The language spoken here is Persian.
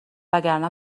وگرنه